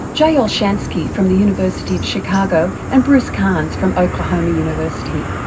jay olshansky from the university of chicago and bruce carnes from oklahoma university.